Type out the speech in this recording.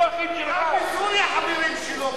זה לא, שלך, רק, חברים שלו.